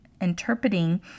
interpreting